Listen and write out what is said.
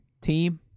Team